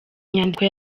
nyandiko